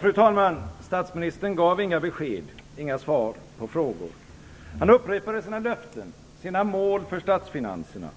Fru talman! Statsministern gav inga besked, inga svar på frågor. Han upprepade sina löften, sina mål för statsfinanserna,